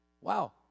wow